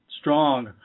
strong